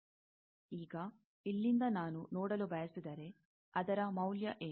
ಈಗ ಇಲ್ಲಿಂದ ನಾನು ನೋಡಲು ಬಯಸಿದರೆ ಅದರ ಮೌಲ್ಯ ಏನು